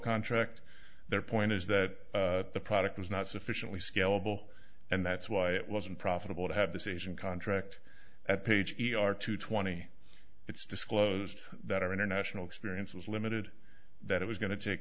contract their point is that the product was not sufficiently scalable and that's why it wasn't profitable to have this asian contract at page e r two twenty it's disclosed that our international experience was limited that it was going to